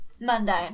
mundane